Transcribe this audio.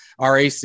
RAC